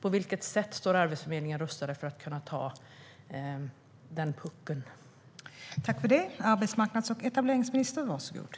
På vilket sätt står Arbetsförmedlingen rustad för att kunna ta hand om den puckeln?